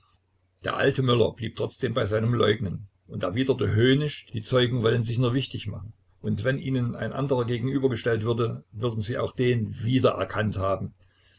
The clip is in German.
der alte möller blieb trotzdem bei seinem leugnen und erwiderte höhnisch die zeugen wollen sich nur wichtig machen und wenn ihnen ein anderer gegenübergestellt würde würden sie auch den wiedererkannt haben